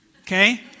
Okay